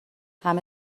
همه